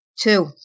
two